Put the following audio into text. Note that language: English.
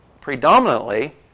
predominantly